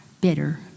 bitter